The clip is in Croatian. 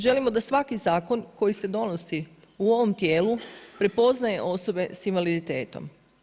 Želimo da svaki zakon koji se donosi u ovom tijelu prepoznaje osobe sa invaliditetom.